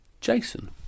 Jason